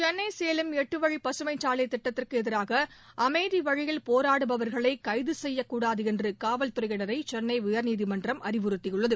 சென்னை சேலம் எட்டு வழி பசுமைச்சாலை திட்டத்திற்கு எதிராக அமைதி வழியில் போராடுபவர்களை கைது செய்யக் கூடாது என்று காவல் துறையினரை சென்னை உயர்நீதிமன்றம் அறிவுறுத்தியுள்ளது